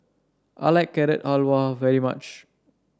I like Carrot Halwa very much